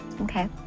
Okay